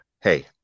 hey